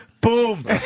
Boom